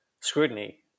scrutiny